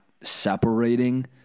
separating